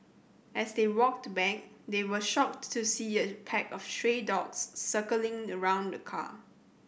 as they walked back they were shocked to see a pack of stray dogs circling around the car